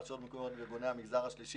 רשויות מקומיות וארגוני המגזר השלישי